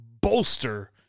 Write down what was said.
bolster